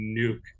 nuke